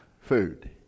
food